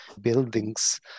buildings